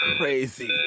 crazy